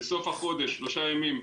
בסוף החודש, שלושה ימים,